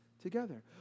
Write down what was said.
Together